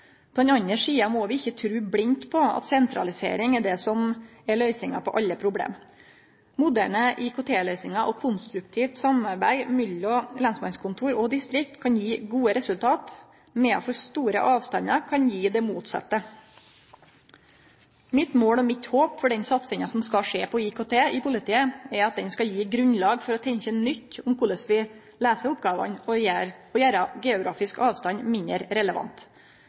på den andre sida må vi ikkje tru blindt på at sentralisering er det som er løysinga på alle problem. Moderne IKT-løysingar og konstruktivt samarbeid mellom lensmannkontor og -distrikt kan gje gode resultat, medan for store avstandar kan gje det motsette. Mitt mål og mitt håp for den satsinga som skal skje på IKT i politiet, er at ho skal gje grunnlag for å tenkje nytt om korleis vi løyser oppgåvene og gjere geografisk avstand mindre relevant.